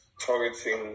targeting